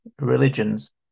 religions